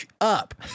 up